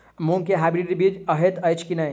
मूँग केँ हाइब्रिड बीज हएत अछि की नै?